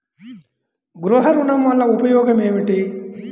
గృహ ఋణం వల్ల ఉపయోగం ఏమి?